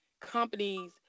companies